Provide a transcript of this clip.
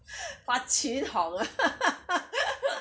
fat qin hon ah